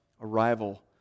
arrival